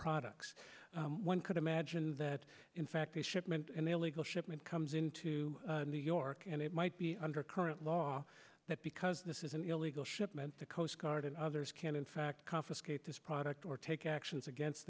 products one could imagine that in fact the shipment an illegal shipment comes into new york and it might be under current law that because this is an illegal shipment the coast guard and others can in fact confiscate this product or take actions against